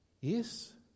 Yes